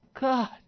God